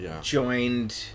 joined